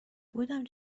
بودم